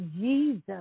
Jesus